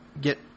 get